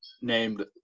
named